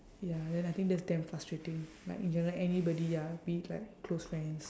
ya then I think that's damn frustrating like in general anybody ah be it like close friends